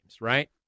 right